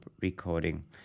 recording